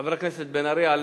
חבר הכנסת בן-ארי על